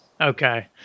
Okay